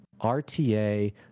RTA